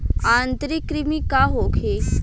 आंतरिक कृमि का होखे?